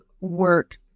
work